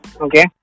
Okay